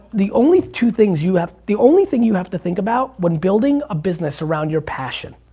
the only two things you have, the only thing you have to think about when building a business around your passion,